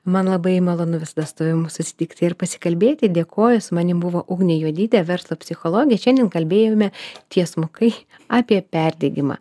man labai malonu visada su tavim susitikt ir pasikalbėti dėkoju su manimi buvo ugnė juodytė verslo psichologė šiandien kalbėjome tiesmukai apie perdegimą